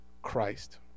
Christ